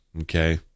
okay